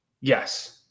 Yes